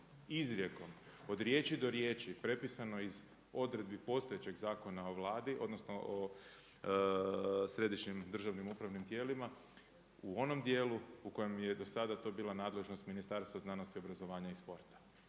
izrijekom od riječi do riječi prepisano iz odredbi postojećeg Zakona o Vladi odnosno o središnjim državnim upravnim tijelima u onom dijelu u kojem je do sada to bila nadležnost Ministarstva znanosti, obrazovanja i sporta.